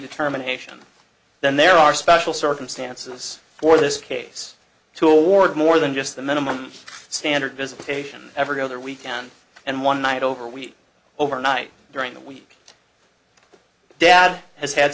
determination then there are special circumstances for this case to award more than just the minimum standard visitation every other weekend and one night over a week over night during the week dad has had